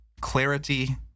clarity